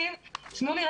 הנוסחה שלנו בנויה